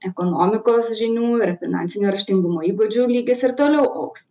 ekonomikos žinių ir finansinio raštingumo įgūdžių lygis ir toliau augs